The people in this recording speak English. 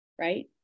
right